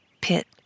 pit